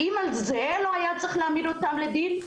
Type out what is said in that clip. האם על זה לא היה צריך להעמיד אותם לדין,